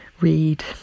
read